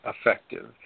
effective